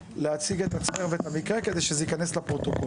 להציג את עצמך ואת המקרה כדי שזה ייכנס לפרוטוקול.